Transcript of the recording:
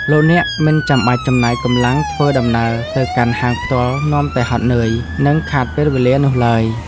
លោកអ្នកមិនចាំបាច់ចំណាយកម្លាំងធ្វើដំណើរទៅកាន់ហាងផ្ទាល់នាំតែហត់នឿយ និងខាតពេលវេលានោះឡើយ។